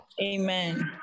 Amen